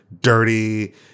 dirty